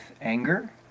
anger